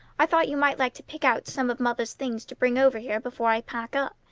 i thought you might like to pick out some of mother's things to bring over here before i pack up.